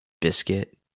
biscuit